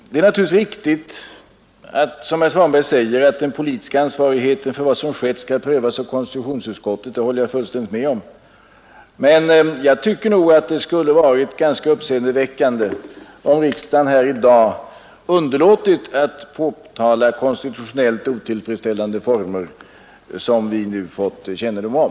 Det är naturligtvis riktigt, som herr Svanberg säger, att det politiska ansvaret för vad som har skett skall prövas av konstitutionsutskottet — något som jag fullständigt håller med om — men jag tycker nog att det skulle ha varit ganska uppseendeväckande, om riksdagen i dag underlåtit att påtala de konstitutionellt otillfredsställande former som vi nu fått kännedom om.